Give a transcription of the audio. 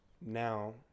now